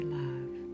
love